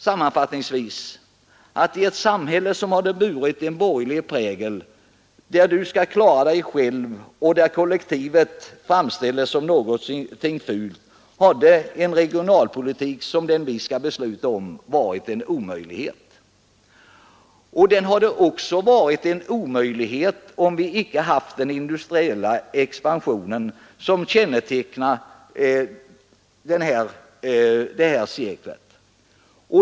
Sammanfattningsvis kan sägas att i ett samhälle med en borgerlig prägel, där var och en hänvisas till att klara sig själv och där kollektivet framställs som någonting fult hade en regionalpolitik som den vi skall besluta om varit en omöjlighet. Den hade också varit en omöjlighet om vi inte hade haft den industriella expansionen som kännetecknar det här seklet.